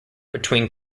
between